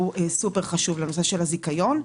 זה דבר סופר חשוב לנושא של הזיכיון.